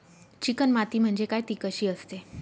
Chicken माती म्हणजे काय? ति कशी असते?